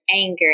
anger